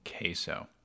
queso